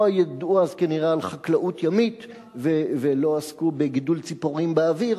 לא ידעו אז כנראה על חקלאות ימית ולא עסקו בגידול ציפורים באוויר.